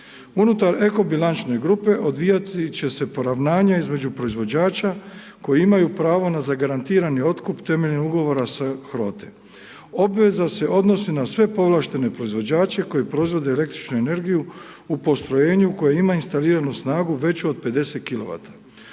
Unutar eko bilančne grupe odvijati će se poravnjanja između proizvođača koji imaju pravo na zagarantirani otkup temeljem ugovora s HROTE. Obveza se odnosi na sve povlaštene proizvođače koji proizvode električnu energiju i postrojenju koje ima instaliranu snagu veću od 50